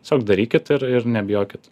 tiesiog darykit ir ir nebijokit